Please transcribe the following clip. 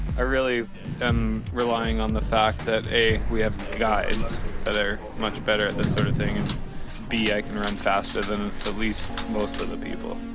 i really am relying on the fact that a, we have guides that are much better at this sort of thing and b, i can run um faster than at least most of the people.